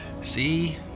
See